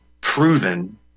proven